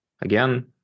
again